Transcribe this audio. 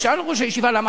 הוא שאל: למה?